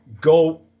go